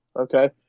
Okay